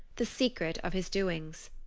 the secret of his doings